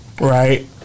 right